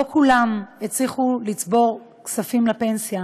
לא כולם הצליחו לצבור כספים לפנסיה,